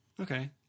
Okay